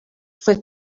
fue